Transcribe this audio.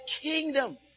kingdom